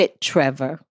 Trevor